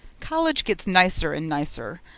college gets nicer and nicer.